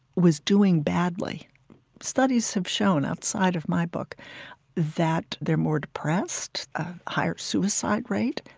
was doing badly studies have shown outside of my book that they're more depressed, a higher suicide rate,